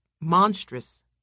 monstrous